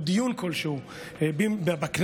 או דיון כלשהו בכנסת,